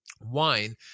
wine